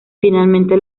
finalmente